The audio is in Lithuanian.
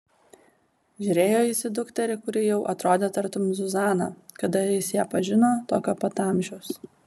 žiūrėjo jis į dukterį kuri jau atrodė tartum zuzana kada jis ją pažino tokio pat amžiaus